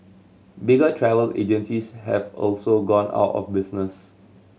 bigger travel agencies have also gone out of business